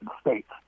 states